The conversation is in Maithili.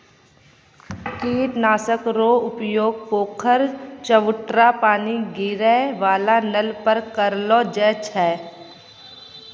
कीट नाशक रो उपयोग पोखर, चवुटरा पानी गिरै वाला नल पर करलो जाय छै